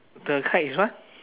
the kite is what